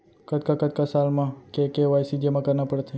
कतका कतका साल म के के.वाई.सी जेमा करना पड़थे?